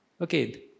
Okay